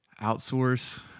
outsource